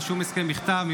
אין שום הסכם בכתב.